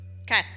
Okay